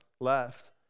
left